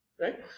Right